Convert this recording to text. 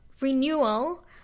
renewal